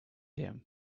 him